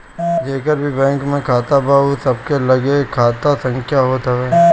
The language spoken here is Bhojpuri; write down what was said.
जेकर भी बैंक में खाता बा उ सबके लगे खाता संख्या होत हअ